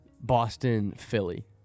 Boston-Philly